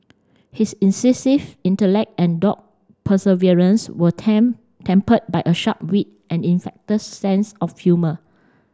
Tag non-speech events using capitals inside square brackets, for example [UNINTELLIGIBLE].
his incisive intellect and dogged perseverance were [UNINTELLIGIBLE] tempered by a sharp wit and infectious sense of humour